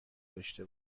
داشته